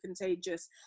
contagious